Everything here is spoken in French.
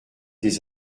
des